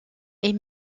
est